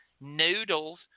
noodles